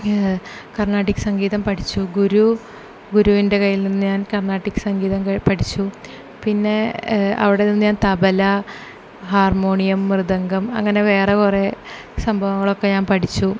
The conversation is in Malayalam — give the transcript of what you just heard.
കർണാട്ടിക് സങ്കീതം പഠിച്ചു ഗുരു ഗുരുവിൻ്റെ കയ്യിൽ നിന്ന് ഞാൻ കർണാട്ടിക് സങ്കീതം പഠിച്ചു പിന്നേ അവിടെ നിന്ന് ഞാൻ തബല ഹാർമോണിയം മൃദങ്കം അങ്ങനെ വേറെ കൊറേ സംഭവങ്ങളൊക്കെ ഞാൻ പഠിച്ചു